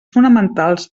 fonamentals